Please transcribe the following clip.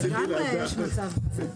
לגמרי יש מצב כזה.